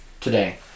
today